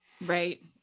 Right